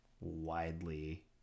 widely